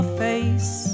face